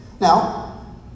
Now